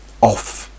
off